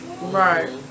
Right